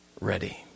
ready